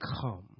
come